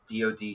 DoD